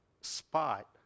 spot